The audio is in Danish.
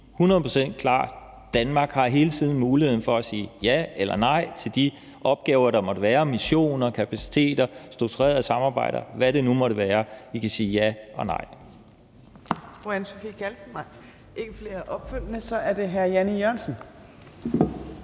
sige helt klart, at Danmark hele tiden har muligheden for at sige ja eller nej til de opgaver, der måtte være – om missioner, kapaciteter, strukturerede samarbejder, hvad det nu måtte være. Vi kan sige ja eller nej.